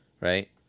right